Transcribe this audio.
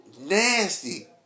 nasty